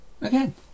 Again